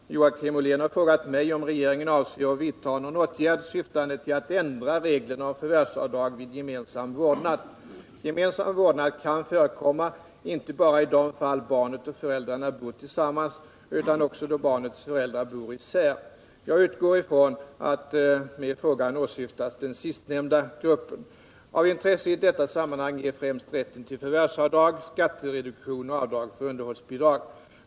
Herr talman! Joakim Ollén har frågat mig om regeringen avser att vidtaga någon åtgärd syftande till att ändra reglerna om förvärvsavdrag vid gemensam vårdnad. Gemensam vårdnad kan förekomma inte bara i de fall barnet och föräldrarna bor tillsammans utan också då barnets föräldrar bor isär. Jag utgår ifrån att med frågan åsyftas den sitnämnda gruppen. Av intresse i detta sammanhang är främst rätten till förvärvsavdrag, skattereduktion och avdrag för underhållsbidrag.